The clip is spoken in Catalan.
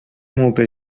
molta